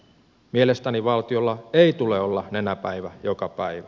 mielestäni valtiolla ei tule olla nenäpäivä joka päivä